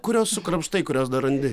kurios sukrapštai kurios dar randi